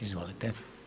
Izvolite.